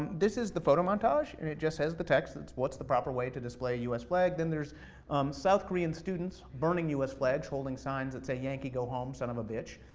this is the photo montage, and it just says the text, what's the proper way to display a us flag? then there's south korean students burning us flags, holding sounds that say yankee go home, son of a bitch.